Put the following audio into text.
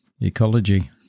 ecology